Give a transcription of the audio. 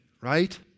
right